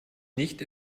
nicht